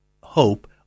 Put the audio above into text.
hope